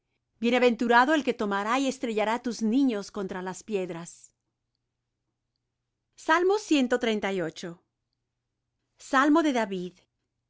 bienaventurado el que tomará y estrellará tus niños contra las piedras salmo de david